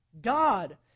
God